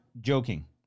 joking